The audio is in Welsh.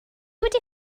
wedi